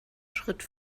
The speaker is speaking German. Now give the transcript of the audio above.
schritt